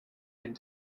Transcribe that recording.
and